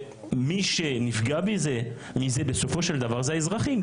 ומי שנפגע מזה בסופו של דבר זה האזרחים,